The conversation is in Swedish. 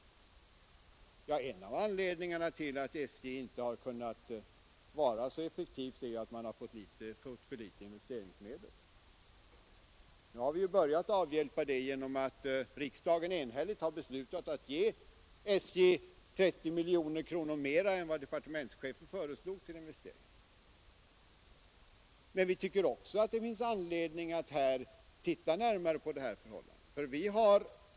En av anledningarna till att SJ inte har kunnat vara så effektivt är ju att SJ har fått för litet investeringsmedel. Nu har vi emellertid börjat avhjälpa den bristen genom att riksdagen enhälligt beslutat att ge SJ 30 miljoner kronor mera än vad departementschefen föreslog till investeringar. Men vi tycker att det också finns anledning att se närmare på det här förhållandet.